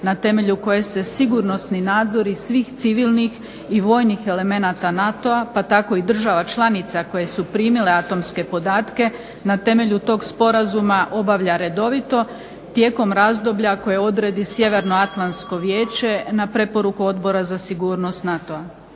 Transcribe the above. na temelju koje se sigurnosni nadzori svih civilnih i vojnih elemenata NATO-a pa tako i država članica koje su primile atomske podatke na temelju tog sporazuma obavlja redovito tijekom razdoblja koje odredi Sjevernoatlantsko vijeće na preporuku Odbora za sigurnost NATO-a,